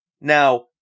Now